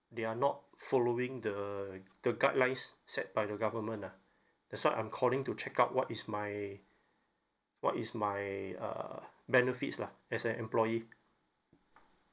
they are not following the the tour guidelines set by the government ah that's why I'm calling to check out what is my what is my uh benefits lah as an employee